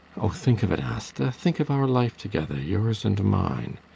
oh, think of it, asta think of our life together, yours and mine.